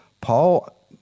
Paul